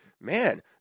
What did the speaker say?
Man